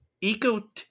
eco